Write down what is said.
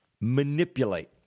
manipulate